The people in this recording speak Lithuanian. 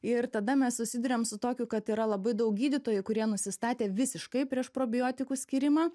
ir tada mes susiduriam su tokiu kad yra labai daug gydytojų kurie nusistatę visiškai prieš probiotikų skyrimą